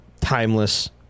timeless